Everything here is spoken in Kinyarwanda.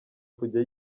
kujya